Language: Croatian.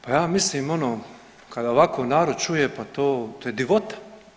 Pa ja mislim ono kada ovako narod čuje pa to je divota.